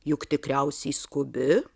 juk tikriausiai skubi